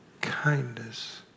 kindness